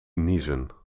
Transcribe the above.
niezen